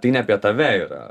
tai ne apie tave yra